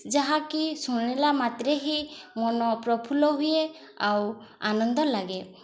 ଯାହାକି ଶୁଣିଲା ମାତ୍ରେ ହିଁ ମନ ପ୍ରଫୁଲ୍ଲ ହୁଏ ଆଉ ଆନନ୍ଦ ଲାଗେ